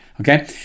Okay